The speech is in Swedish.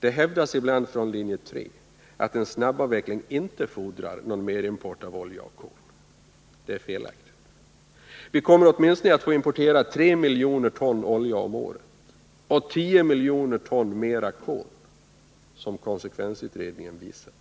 Det hävdas ibland från linje 3 att en snabbavveckling inte fordrar någon merimport av olja och kol. Detta är inte korrekt. Vi kommer åtminstone att få importera 3 miljoner ton olja mer om året och 10 miljoner ton mera kol, som konsekvensutredningen har visat.